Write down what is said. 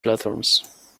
platforms